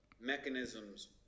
mechanisms